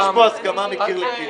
יש פה הסכמה מקיר לקיר.